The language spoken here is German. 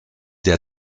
der